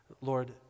Lord